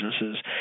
businesses